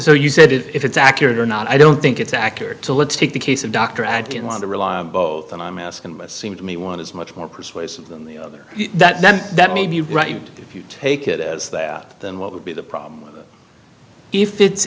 so you said if it's accurate or not i don't think it's accurate to let's take the case of dr i didn't want to rely on both and i'm asking seems to me one is much more persuasive than the other that that may be right if you take it as that then what would be the problem if it's if it's